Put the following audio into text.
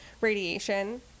radiation